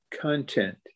content